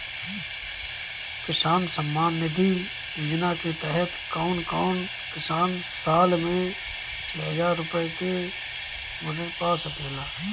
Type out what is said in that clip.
किसान सम्मान निधि योजना के तहत कउन कउन किसान साल में छह हजार रूपया के मदद पा सकेला?